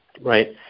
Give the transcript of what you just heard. right